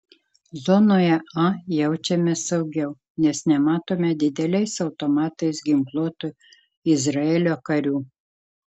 zonoje a jaučiamės saugiau nes nematome dideliais automatais ginkluotų izraelio karių